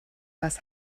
was